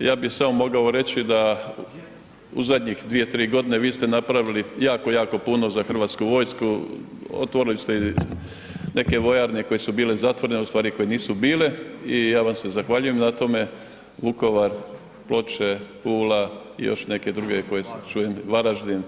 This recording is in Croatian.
Ja bi samo mogao reći da u zadnjih 2-3.g. vi ste napravili jako, jako puno za Hrvatsku vojsku, otvorili ste neke vojarne koje su bile zatvorene, u stvari koje nisu bile i ja vam se zahvaljujem na tome, Vukovar, Ploče, Pula i još neke druge koje čujem, Varaždin